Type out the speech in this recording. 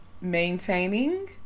maintaining